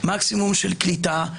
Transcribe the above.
מקסימום קליטה,